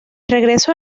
regreso